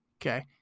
Okay